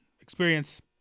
Experience